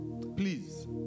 Please